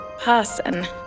person